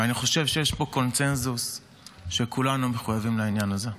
אני חושב שיש פה קונסנזוס שכולנו מחויבים לעניין הזה,